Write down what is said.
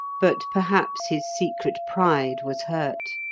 but perhaps his secret pride was hurt.